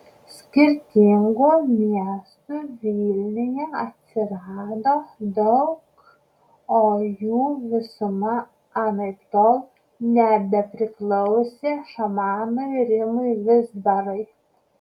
skirtingų miestų vilniuje atsirado daug o jų visuma anaiptol nebepriklausė šamanui rimui vizbarai